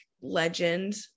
legend